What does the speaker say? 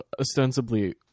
ostensibly